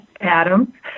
Adam